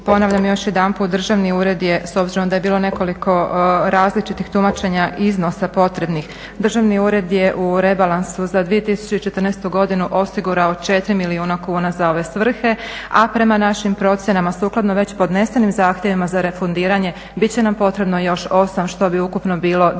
ponavljam još jedanput Državni ured je s obzirom da je bilo nekoliko različitih tumačenja iznosa potrebnih Državni ured je u rebalansu za 2014. godinu osigurao 4 milijuna kuna za ove svrhe, a prema našim procjenama sukladno već podnesenim zahtjevima za refundiranje bit će nam potrebno još 8. Što bi ukupno bilo 12